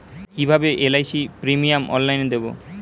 কিভাবে LIC premium অনলাইনে দেবো?